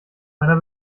meiner